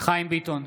חיים ביטון,